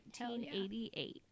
1988